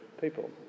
people